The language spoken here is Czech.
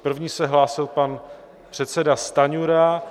První se hlásil pan předseda Stanjura.